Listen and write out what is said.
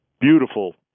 Beautiful